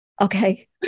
Okay